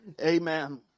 Amen